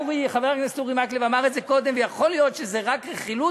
חבר הכנסת אורי מקלב אמר את זה קודם ויכול להיות שזו רק רכילות,